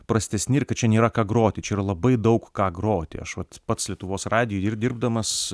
prastesni ir kad čia nėra ką groti čia yra labai daug ką groti aš vat pats lietuvos radijuj ir dirbdamas